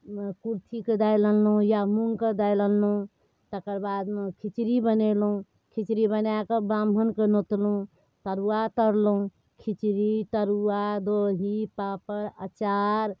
कुरथीके दालि अनलहुँ या मूँगके दालि अनलहुँ तकर बादमे खिचड़ी बनेलहुँ खिचड़ी बनाकऽ ब्राह्मणके नोतलहुँ तरुआ तरलहुँ खिचड़ी तरुआ दही पापड़ अचार